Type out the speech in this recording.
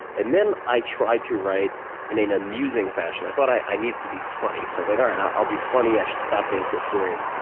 and then i tried to write in an amusing fashion. i thought i needed to be funny. so i was like, alright, i'll be funny i should stop being so serious.